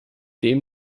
dem